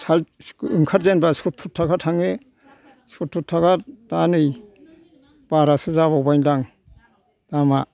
साएथ ओंखार जेनबा सत्थुर थाखा थाङो सत्थुर थाखा दा नै बारासो जाबावबाय दां दामा